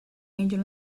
angel